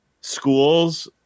Schools